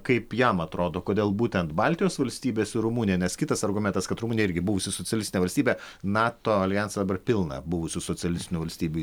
kaip jam atrodo kodėl būtent baltijos valstybės ir rumunija nes kitas argumentas kad rumunija irgi buvusi socialistinė valstybė nato aljanse dabar pilna buvusių socialistinių valstybių